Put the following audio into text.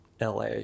LA